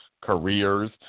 careers